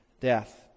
death